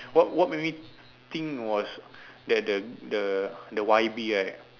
what what made me think was the the the the Wybie right